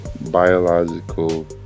biological